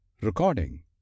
Recording